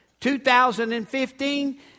2015